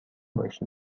باشی